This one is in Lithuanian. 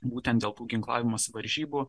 būtent dėl ginklavimosi varžybų